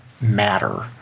matter